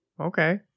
okay